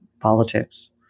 politics